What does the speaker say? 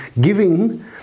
giving